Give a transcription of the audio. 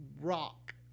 rock